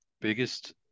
biggest